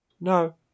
No